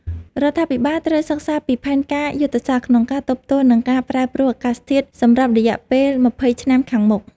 រដ្ឋាភិបាលត្រូវសិក្សាពីផែនការយុទ្ធសាស្ត្រក្នុងការទប់ទល់នឹងការប្រែប្រួលអាកាសធាតុសម្រាប់រយៈពេលម្ភៃឆ្នាំខាងមុខ។